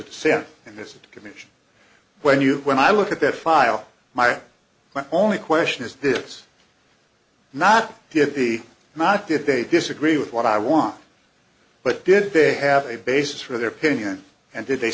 sense in this commission when you when i look at that file my only question is this not to be not did they disagree with what i want but did they have a basis for their pinion and did they